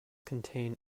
contain